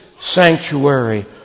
sanctuary